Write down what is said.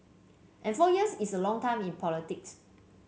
and four years is a long time in politics